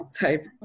type